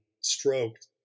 stroked